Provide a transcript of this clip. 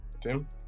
Tim